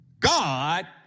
God